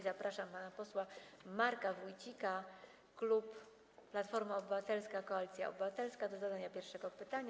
Zapraszam pana posła Marka Wójcika, klub Platforma Obywatelska - Koalicja Obywatelska, do zadania pierwszego pytania.